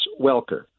Welker